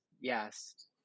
Yes